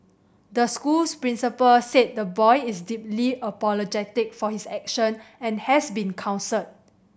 the school principal said the boy is deeply apologetic for his action and has been counselled